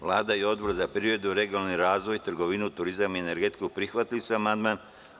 Vlada i Odbor za privredu, regionalni razvoj, trgovinu, turizam i energetiku, prihvatili su amandman.